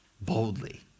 boldly